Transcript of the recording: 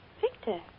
Victor